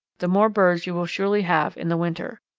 the more birds you will surely have in the winter.